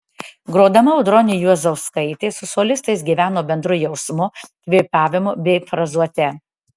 grodama audronė juozauskaitė su solistais gyveno bendru jausmu kvėpavimu bei frazuote